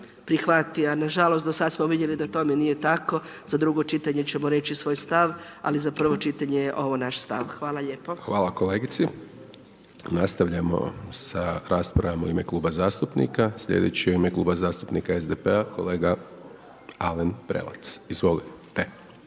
prihvati, a nažalost do sad smo vidjeli da tome nije tako, za drugo čitanje ćemo reći svoj stav, ali za prvo čitanje je ovo naš stav. Hvala lijepo. **Hajdaš Dončić, Siniša (SDP)** Hvala kolegici. Nastavljamo sa raspravom u ime kluba zastupnika. Slijedeći u ime Kluba zastupnika SDP-a, kolega Alen Prelec. Izvolite.